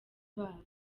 babo